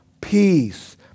peace